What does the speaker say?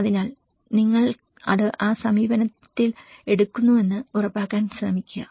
അതിനാൽ നിങ്ങൾ അത് ആ സമീപനത്തിൽ എടുക്കുന്നുവെന്ന് ഉറപ്പാക്കാൻ ശ്രമിക്കുക